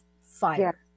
fire